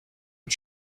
but